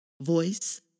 voice